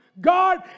God